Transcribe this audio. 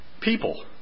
people